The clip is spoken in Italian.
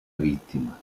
vittima